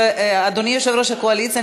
אדוני יושב-ראש הקואליציה,